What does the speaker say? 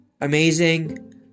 amazing